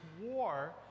war